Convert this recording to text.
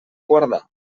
guardar